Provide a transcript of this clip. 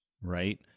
right